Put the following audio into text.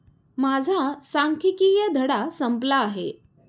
माझा सांख्यिकीय धडा संपला आहे